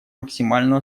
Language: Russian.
максимальную